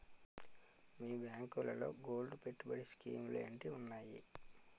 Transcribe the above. మీ బ్యాంకులో గోల్డ్ పెట్టుబడి స్కీం లు ఏంటి వున్నాయి?